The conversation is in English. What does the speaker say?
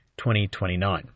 2029